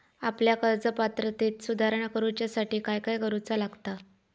आपल्या कर्ज पात्रतेत सुधारणा करुच्यासाठी काय काय करूचा लागता?